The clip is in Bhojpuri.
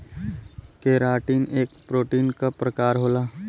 केराटिन एक प्रोटीन क प्रकार होला